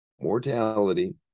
mortality